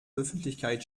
öffentlichkeit